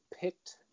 picked